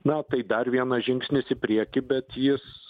na tai dar vienas žingsnis į priekį bet jis